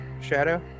Shadow